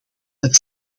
het